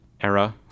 era